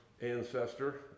ancestor